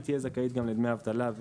היא תהיה זכאית לדמי אבטלה,